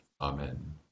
Amen